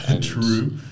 True